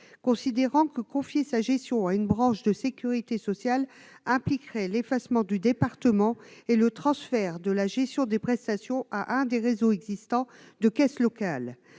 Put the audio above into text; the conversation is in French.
considérant que confier la gestion de ce nouveau risque à une branche de la sécurité sociale « impliquerait l'effacement du département et le transfert de la gestion des prestations à un des réseaux existants de caisses locales